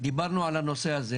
דיברנו על הנושא הזה.